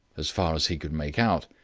as far as he could make out,